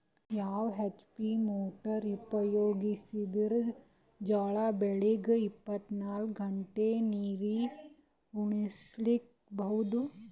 ಯಾವ HP motor ಉಪಯೋಗಿಸಿದರ ಜೋಳ ಬೆಳಿಗ ಇಪ್ಪತ ನಾಲ್ಕು ಗಂಟೆ ನೀರಿ ಉಣಿಸ ಬಹುದು?